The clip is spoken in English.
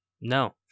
no